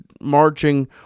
marching